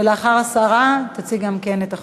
שלאחר השרה יציג גם כן את החוק.